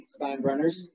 Steinbrenners